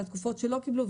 ובתקופות שלא קיבלו,